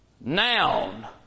noun